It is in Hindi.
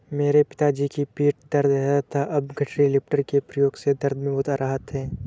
मेरे पिताजी की पीठ दर्द रहता था अब गठरी लिफ्टर के प्रयोग से दर्द में बहुत राहत हैं